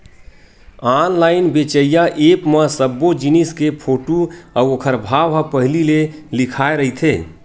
online बेचइया app म सब्बो जिनिस के फोटू अउ ओखर भाव ह पहिली ले लिखाए रहिथे